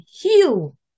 heal